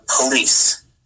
police